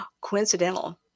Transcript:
coincidental